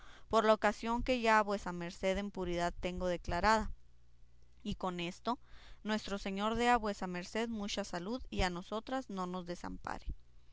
por la ocasión que ya a vuesa merced en puridad tengo declarada y con esto nuestro señor dé a vuesa merced mucha salud y a nosotras no nos desampare